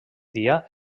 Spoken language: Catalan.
dia